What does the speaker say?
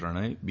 પ્રણય બી